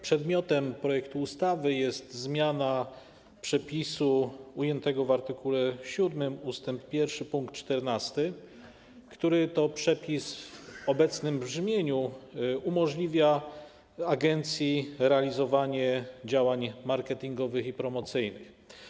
Przedmiotem projektu ustawy jest zmiana przepisu ujętego w art. 7 ust. 1 pkt 14, który to przepis w obecnym brzmieniu umożliwia agencji realizowanie działań marketingowych i promocyjnych.